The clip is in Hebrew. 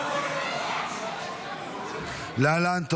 להעביר לוועדה את